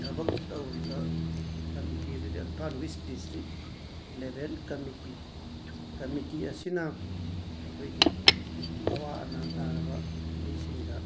ꯊꯕꯛ ꯇꯧꯔꯤꯕ ꯀꯃꯤꯇꯤ ꯑꯗꯨꯗꯤ Imphal west district level committee committee ꯑꯁꯤꯅ ꯑꯩꯈꯣꯏꯒꯤ ꯑꯋꯥ ꯑꯅꯥ ꯇꯥꯔꯕ ꯃꯤꯁꯤꯡꯗ